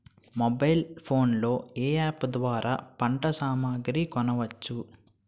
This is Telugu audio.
మొబైల్ ఫోన్ లో ఏ అప్ ద్వారా పంట సామాగ్రి కొనచ్చు?